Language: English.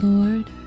Lord